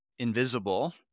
invisible